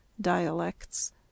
Dialects